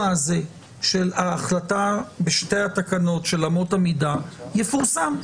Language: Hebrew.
הזה של ההחלטה בשתי התקנות של אמות המידה יפורסם,